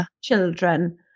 children